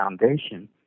foundation